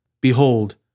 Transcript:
Behold